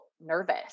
nervous